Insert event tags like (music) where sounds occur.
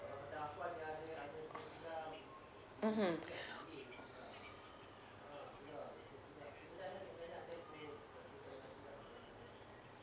mmhmm (breath)